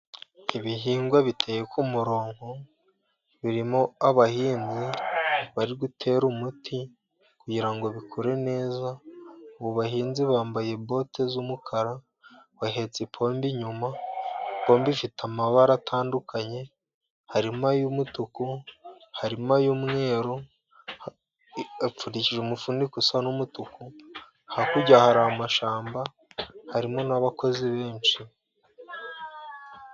Ibihingwa biteye ku murongo, birimo abahinzi bari gutera umuti kugira ngo bikure neza, abo bahinzi bambaye bote z'umukara bahetse ipombe inyuma, ipombo ifite amabara atandukanye harimo ay'umutuku harimo ay'umweru, apfundishije umufuniko usa n'umutuku, hakurya hari amashyamba harimo n'abakozi benshi.